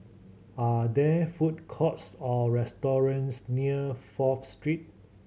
are there food courts or restaurants near Fourth Street